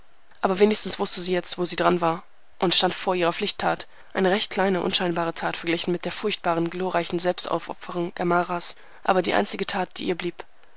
aber wenigstens wußte sie jetzt wo sie daran war und stand vor ihrer pflichttat eine recht kleine unscheinbare tat verglichen mit der furchtbaren glorreichen selbstaufopferung amaras aber die einzige tat die ihr blieb